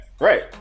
right